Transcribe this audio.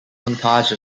montage